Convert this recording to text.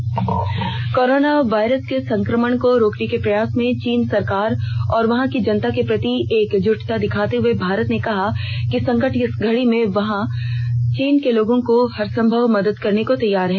corona virus corona virus के संक्रमण को रोकने के प्रयासों में चीन सरकार और वहां की जनता के प्रति एक जुटता दिखाते हुए भारत ने कहा है कि संकट की इस घड़ी में वह चीन के लोगों की हर संभव मदद करने को तैयार है